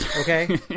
Okay